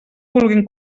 vulguin